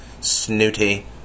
snooty